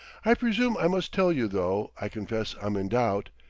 i presume i must tell you, though i confess i'm in doubt.